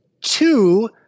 two